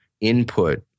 input